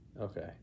okay